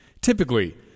Typically